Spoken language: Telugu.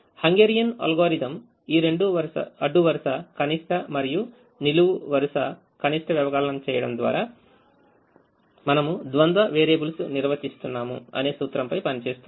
హంగేరియన్ అల్గోరిథం ఈ అడ్డు వరుస కనిష్ట మరియు నిలువు వరుస కనిష్ట వ్యవకలనం చేయడం ద్వారా మనము ద్వంద్వ వేరియబుల్స్ నిర్వచిస్తున్నాము అనే సూత్రంపై పనిచేస్తుంది